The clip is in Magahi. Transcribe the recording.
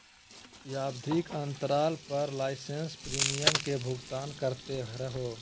आवधिक अंतराल पर इंसोरेंस प्रीमियम के भुगतान करते रहो